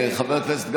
חבר הכנסת גפני.